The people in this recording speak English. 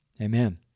Amen